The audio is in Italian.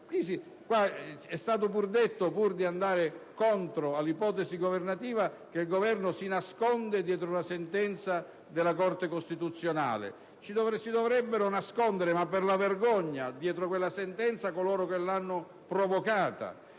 dietro qualcosa. Pur di andare contro l'ipotesi governativa è stato detto che il Governo si nasconde dietro la sentenza della Corte costituzionale: si dovrebbero nascondere, ma per la vergogna, dietro la sentenza coloro che l'hanno provocata,